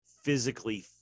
physically